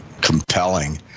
compelling